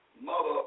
mother